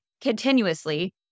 Continuously